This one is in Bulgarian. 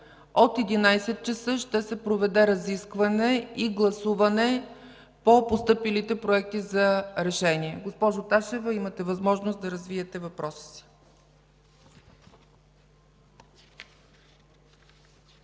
от 11,00 ч. ще се проведе разискване и гласуване по постъпилите проекти за решения. Госпожо Ташева, имате възможност да развиете въпроса си.